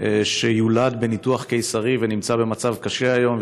שיולד בניתוח קיסרי ונמצא במצב קשה היום,